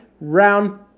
round